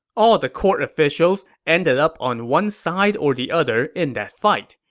all the court officials ended up on one side or the other in that fight.